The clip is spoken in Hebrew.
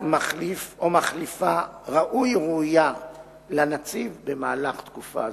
מחליף או מחליפה ראוי או ראויה לנציב במהלך תקופה זו,